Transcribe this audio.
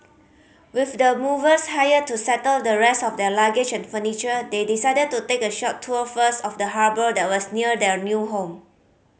with the movers hired to settle the rest of their luggage and furniture they decided to take a short tour first of the harbour that was near their new home